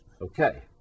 Okay